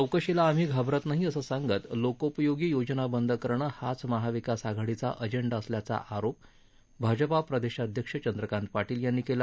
चौकशीला आम्ही घाबरत नाही असं सांगत लोकोपयोगी योजना बंद करणं हाच महाविकास आघाडीचा अजेंडा असल्याचा आरोप भाजपा प्रदेशाध्यक्ष चंद्रकांत पाटील यांनी केला